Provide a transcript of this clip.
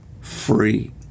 free